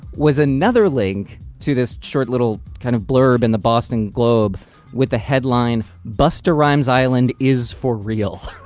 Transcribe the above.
was another link to this short little kind of blurb in the boston globe with a headline, busta rhymes island is for real